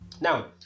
Now